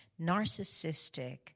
narcissistic